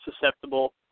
susceptible